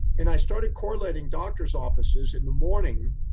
and i started correlating doctor's offices in the morning,